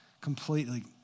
Completely